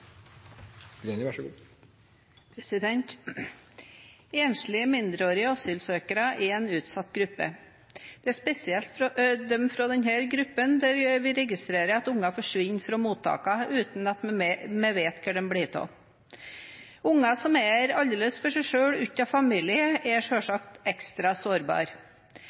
en utsatt gruppe. Det er spesielt fra denne gruppen vi registrerer at barn forsvinner fra mottakene uten man vet hvor de blir av. Barn som er aldeles for seg selv uten familie, er selvsagt ekstra